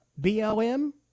BLM